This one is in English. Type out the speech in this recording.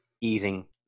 eating